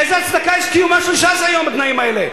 איזו הצדקה יש לקיומה של ש"ס היום, בתנאים האלה?